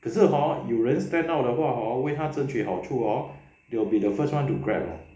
可是 hor 有人 stand out 的话 hor 为他争取好处 hor they will be the first one to grab lor